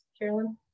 Carolyn